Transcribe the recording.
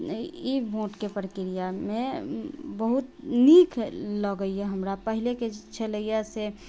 ई वोटके प्रक्रियामे बहुत नीक लगैए हमरा पहिलेके छलैहँ से